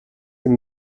ihm